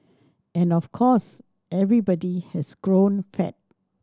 and of course everybody has grown fat